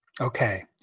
Okay